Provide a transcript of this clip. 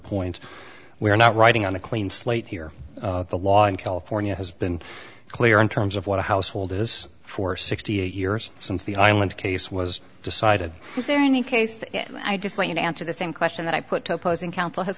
point we're not writing on a clean slate here the law in california has been clear in terms of what a household is for sixty eight years since the island case was decided is there any case i just want you to answer the same question that i put to opposing counsel has